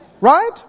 Right